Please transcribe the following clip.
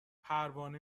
پروانه